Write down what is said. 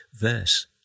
verse